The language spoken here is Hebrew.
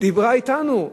דיברה אתנו.